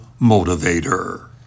motivator